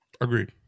Agreed